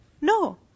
No